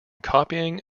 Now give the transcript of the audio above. copying